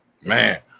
Man